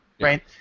right